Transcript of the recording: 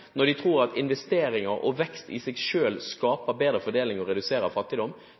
når de tror at investeringer og vekst i seg selv skaper bedre fordeling og reduserer fattigdom.